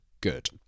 good